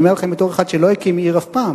אני אומר לכם בתור אחד שלא הקים עיר אף פעם